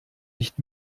nicht